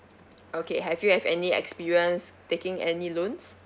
okay have you have any experience taking any loans